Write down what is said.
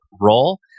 role